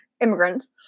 immigrants